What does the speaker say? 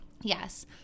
Yes